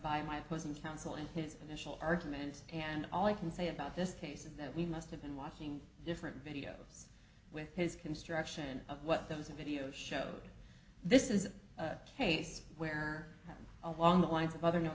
by my opposing counsel and his initial argument and all i can say about this case is that we must have been watching different videos with his construction of what those videos show this is a case where along the lines of other no